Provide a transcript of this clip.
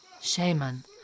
Shaman